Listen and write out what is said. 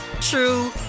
true